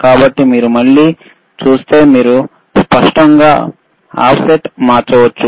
కాబట్టి మీరు మళ్ళీ చూస్తే మీరు స్పష్టంగా ఆఫ్సెట్ మారవచ్చు